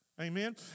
Amen